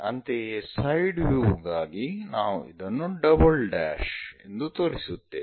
ಅಂತೆಯೇ side view ಗಾಗಿ ನಾವು ಇದನ್ನು ಡಬಲ್ ಡ್ಯಾಶ್ ಎಂದು ತೋರಿಸುತ್ತೇವೆ